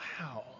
wow